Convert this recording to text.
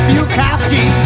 Bukowski